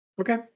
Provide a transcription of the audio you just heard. Okay